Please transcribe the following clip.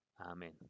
Amen